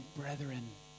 brethren